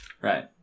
Right